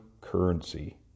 currency